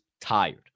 tired